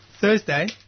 Thursday